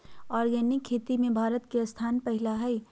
organic खेती में भारत के स्थान पहिला हइ